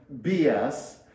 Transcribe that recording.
BS